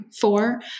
four